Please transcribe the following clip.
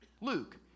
Luke